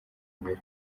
imbere